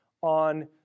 on